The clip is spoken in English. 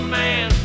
man